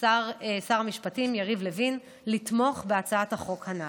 שר המשפטים יריב לוין, לתמוך בהצעת החוק הנ"ל.